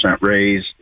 raise